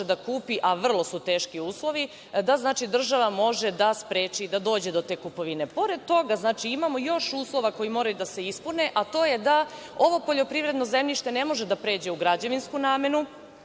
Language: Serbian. da kupi, ali vrlo su teški uslovi, da država može da spreči da dođe do te kupovine. Pored toga, imamo još uslova koji moraju da se ispune, a to je da ovo poljoprivredno zemljište ne može da pređe u građevinsku namenu,